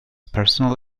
personal